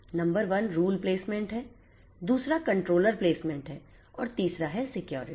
number 1 rule placement है दूसरा controller placement है और तीसरा है सिक्योरिटी